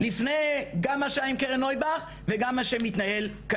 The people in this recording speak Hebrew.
לפני גם מה שהיה עם קרן נוייבך וגם מה שמתנהל כעת,